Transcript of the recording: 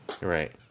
Right